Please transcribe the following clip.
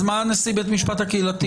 לגבי רכז בית משפט קהילתי.